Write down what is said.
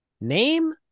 Name